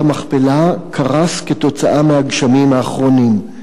המכפלה קרס כתוצאה מהגשמים האחרונים.